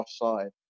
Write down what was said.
offside